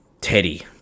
Teddy